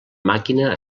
màquina